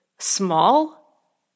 Small